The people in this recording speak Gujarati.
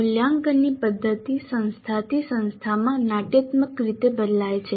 મૂલ્યાંકનની પદ્ધતિ સંસ્થાથી સંસ્થામાં નાટ્યાત્મક રીતે બદલાય છે